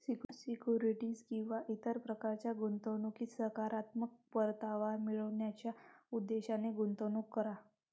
securities किंवा इतर प्रकारच्या गुंतवणुकीत सकारात्मक परतावा मिळवण्याच्या उद्देशाने गुंतवणूक करा